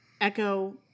Echo